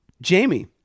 Jamie